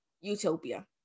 utopia